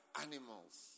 animals